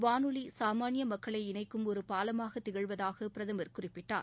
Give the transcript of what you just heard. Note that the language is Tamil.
வானொலி சாமான்ய மக்களை இணைக்கும் ஒரு பாலமாக திகழ்வதாக பிரதமர் குறிப்பிட்டார்